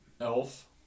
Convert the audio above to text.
Elf